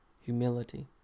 humility